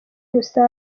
rusange